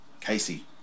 casey